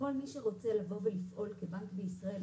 כל מי שרוצה לבוא ולפעול כבנק בישראל,